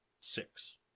six